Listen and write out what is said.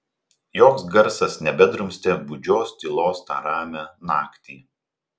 joks garsas nebedrumstė gūdžios tylos tą ramią naktį